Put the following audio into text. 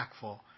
impactful